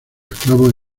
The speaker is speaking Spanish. esclavos